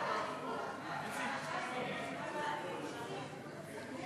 הם מבקשים בגלל הפגרה להאריך את משך כהונתה עד 30 ביוני.